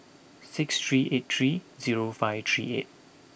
six three eight three zero five three eight